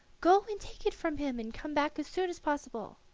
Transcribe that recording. go and take it from him, and come back as soon as possible.